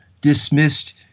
dismissed